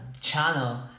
channel